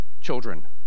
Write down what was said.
children